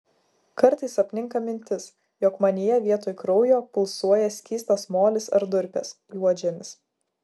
kartais apninka mintis jog manyje vietoj kraujo pulsuoja skystas molis ar durpės juodžemis